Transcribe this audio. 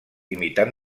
imitant